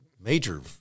major